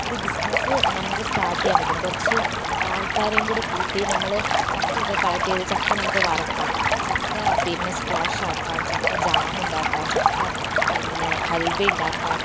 ഒരു ബിസിനസ്സ് നമുക്ക് സ്റ്റാർട്ട് ചെയ്യാൻ പറ്റും കുറച്ച് ആൾക്കാരെയും കൂടെ കൂട്ടി നമ്മൾ ചക്കയൊക്കെ കളക്ട് ചെയ്ത് ചക്ക നമുക്ക് വറുക്കാം ചക്ക പിന്നെ സ്ക്വാഷ് ആക്കാം ചക്ക ജാം ഉണ്ടാക്കാം ചക്ക പിന്നെ ഹൽവ ഉണ്ടാക്കാം